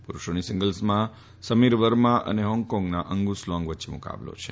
પુરૂષોની સિંગલ્સમાં સમીર વર્મા અને જ્ઞેંગકોંગના અંગુસ લોંગ વચ્ચે મુકાબલો છે